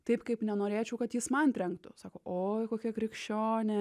taip kaip nenorėčiau kad jis man trenktų sako oi kokia krikščionė